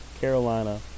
carolina